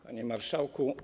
Panie Marszałku!